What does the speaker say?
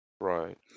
Right